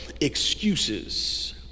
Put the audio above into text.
excuses